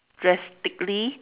drastically